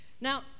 Now